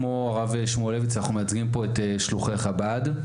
כמו הרב שמולביץ אנחנו מייצגים פה את שלוחי חב"ד.